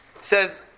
says